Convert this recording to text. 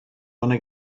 wanna